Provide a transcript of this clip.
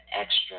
extra